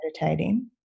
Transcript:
meditating